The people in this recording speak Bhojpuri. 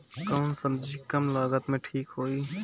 कौन सबजी कम लागत मे ठिक होई?